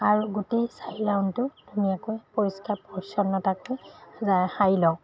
আৰু গোটেই চাৰি ৰাউণ্ডটো ধুনীয়াকৈ পৰিষ্কাৰ পৰিচ্ছন্নতাকৈ সাৰি লওঁ